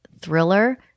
Thriller